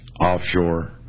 offshore